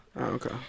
Okay